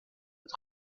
mit